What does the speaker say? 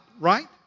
right